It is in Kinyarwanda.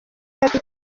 itariki